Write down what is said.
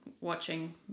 watching